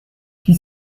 qui